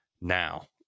now